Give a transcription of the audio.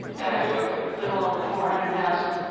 absolutely. a little over four hundred thousand